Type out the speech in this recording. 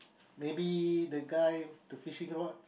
maybe the guy the fishing rods